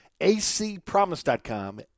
acpromise.com